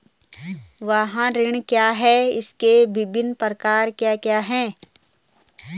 वाहन ऋण क्या है इसके विभिन्न प्रकार क्या क्या हैं?